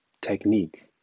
technique